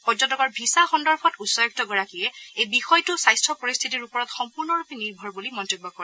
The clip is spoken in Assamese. পৰ্যটকৰ ভিছা সন্দৰ্ভত উচ্চায়ুক্তগৰাকীয়ে এই বিষয়টো স্বাস্থ্য পৰিস্থিতিৰ ওপৰত সম্পূৰ্ণৰূপে নিৰ্ভৰ বুলি মন্তব্য কৰে